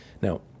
Now